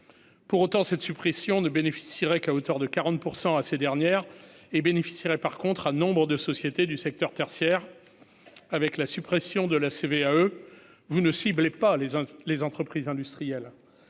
pour autant cette suppression ne bénéficierait qu'à hauteur de 40 % à ces dernières et bénéficierait par contre à nombres de sociétés du secteur tertiaire, avec la suppression de la CVAE vous ne ciblait pas les les entreprises industrielles,